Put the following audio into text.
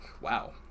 wow